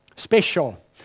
special